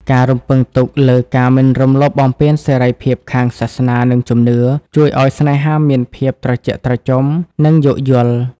ការរំពឹងទុកលើ "ការមិនរំលោភបំពានសេរីភាពខាងសាសនា និងជំនឿ" ជួយឱ្យស្នេហាមានភាពត្រជាក់ត្រជុំ និងយោគយល់។